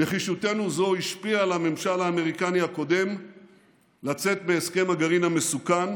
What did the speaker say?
נחישותנו זו השפיעה על הממשל האמריקני הקודם לצאת מהסכם הגרעין המסוכן,